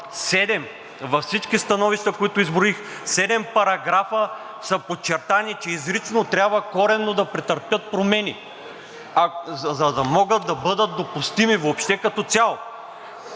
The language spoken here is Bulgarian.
във всички становища, които изброих – седем параграфа са подчертани, че изрично трябва коренно да претърпят промени, за да могат да бъдат допустими въобще като цяло.